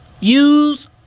Use